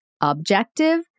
objective